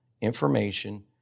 information